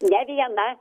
ne viena